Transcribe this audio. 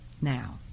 now